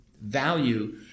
value